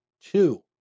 Two